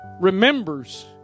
remembers